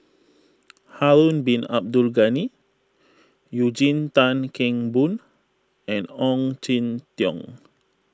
Harun Bin Abdul Ghani Eugene Tan Kheng Boon and Ong Jin Teong